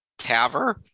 Taver